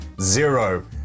Zero